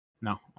No